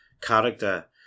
character